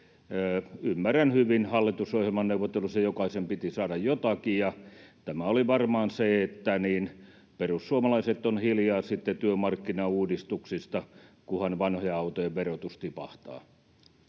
Ymmärrän hyvin, että hallitusohjelmaneuvotteluissa jokaisen piti saada jotakin, ja tämä oli varmaan se, että perussuomalaiset ovat hiljaa sitten työmarkkinauudistuksista, kunhan vanhojen autojen verotus tipahtaa.